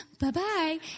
Bye-bye